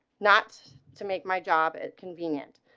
not to make my job. it convenient.